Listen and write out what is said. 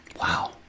wow